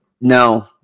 no